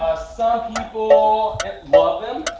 ah some people love them.